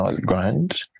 grand